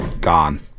Gone